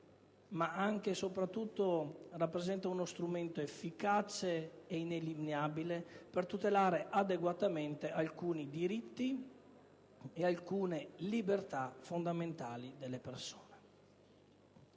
ma anche e soprattutto uno strumento efficace ed ineliminabile per tutelare adeguatamente alcuni diritti e alcune libertà fondamentali delle persone.